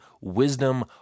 wisdom